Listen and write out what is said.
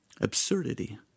absurdity